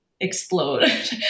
explode